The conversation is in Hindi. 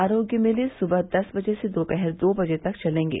आरोग्य मेले सुबह दस बजे से दोपहर दो बजे तक चलेंगे